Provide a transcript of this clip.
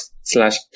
slash